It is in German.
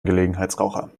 gelegenheitsraucher